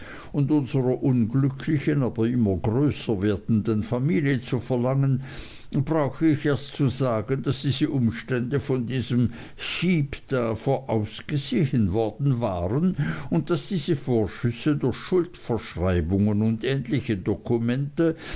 und unserer unglücklichen aber immer größer werdenden familie zu verlangen brauche ich erst zu sagen daß diese umstände von diesem heep da vorausgesehen worden waren und daß diese vorschüsse durch schuldverschreibungen und ähnliche dokumente